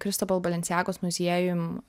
kristobal balenciagos muziejum